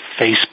Facebook